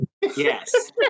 Yes